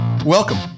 Welcome